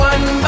One